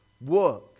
work